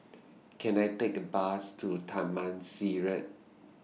Can I Take A Bus to Taman Sireh